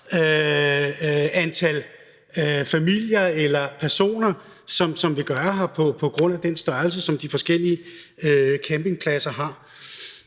antal familier eller personer, som vil gøre det, på grund af den størrelse, som de forskellige campingpladser har.